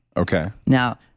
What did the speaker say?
okay. now,